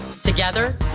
Together